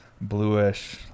bluish